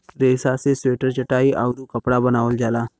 रेसा से स्वेटर चटाई आउउर कपड़ा बनावल जाला